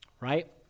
Right